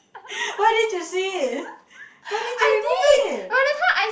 I did by the time I